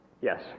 Yes